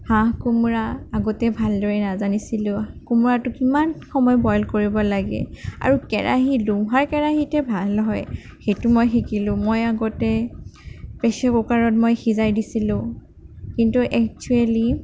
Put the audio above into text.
হাঁহ কোমোৰা আগতে ভালদৰে নাজানিছিলোঁ কোমোৰাটো কিমান সময় বইল কৰিব লাগে আৰু কেৰাহী লোহাৰ কেৰাহীতহে ভাল হয় সেইটো মই শিকিলোঁ মই আগতে প্ৰেচাৰ কুকাৰত মই সিজাই দিছিলোঁ কিন্তু এক্সোৱেলি